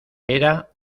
era